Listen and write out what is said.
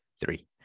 Three